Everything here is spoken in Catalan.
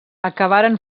acabaren